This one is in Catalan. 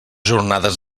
jornades